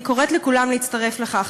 אני קוראת לכולם להצטרף לכך.